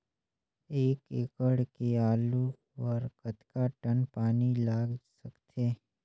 एक एकड़ के आलू बर कतका टन पानी लाग सकथे?